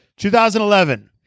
2011